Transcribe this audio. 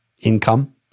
income